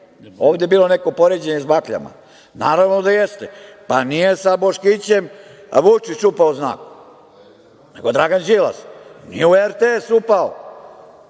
Ovde je bilo neko poređenje sa bakljama, naravno da jeste. Nije sa Boškićem Vučić čupao znak, nego Dragan Đilas. Nije u RTS upao